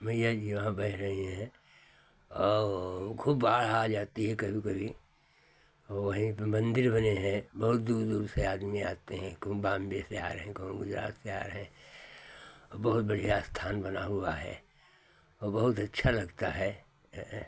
मइया जी वहाँ बह रही हैं और खूब बाढ़ आ जाती है कभी कभी औ वहीं पे मन्दिर बने हैं बहुत दूर दूर से आदमी आते हैं कहूँ बॉम्बे से आ रहे कहूँ गुजरात से आ रहे और बहुत बढ़िया स्थान बना हुआ है और बहुत अच्छा लगता है जो है